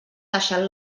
deixant